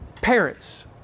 Parents